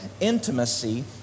intimacy